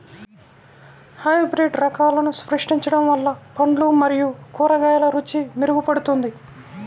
hybrid రకాలను సృష్టించడం వల్ల పండ్లు మరియు కూరగాయల రుచి మెరుగుపడుతుంది